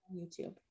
YouTube